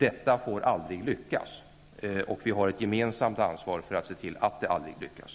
Detta får aldrig lyckas, och vi har ett gemensamt ansvar för att se till att det aldrig lyckas.